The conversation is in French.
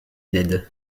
ned